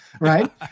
right